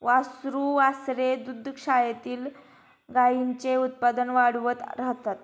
वासरू वासरे दुग्धशाळेतील गाईंचे उत्पादन वाढवत राहतात